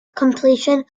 completion